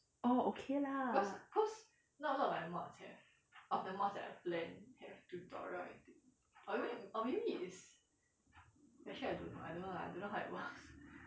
orh okay lah